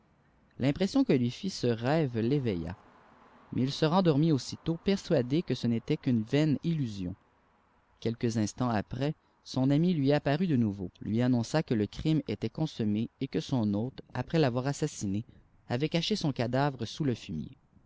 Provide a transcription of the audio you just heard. l'impression que lui fit ce rêve l'éveilla mais il se rendormit aussitôt j persuadé que ce n'était qu'une vaine illusion quelques instants après son ami lui apparut de nouveau lui annonçai que le crime était consommé et que son hôte après l'avoir assassiné avait caché son cadavre sous le fumier